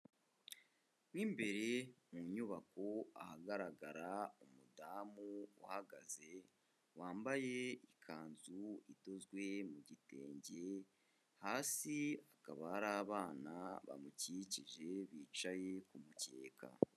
Mo imbere mu nyubako ahagaragara umudamu uhagaze, wambaye ikanzu idozwe mu gitenge, hasi hakaba hari abana bamukikije bicaye ku mukeka.